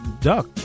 duck